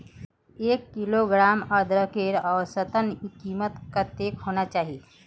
एक किलोग्राम अदरकेर औसतन कीमत कतेक होना चही?